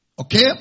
okay